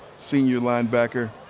senior linebacker.